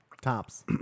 tops